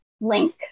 link